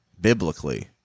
biblically